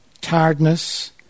tiredness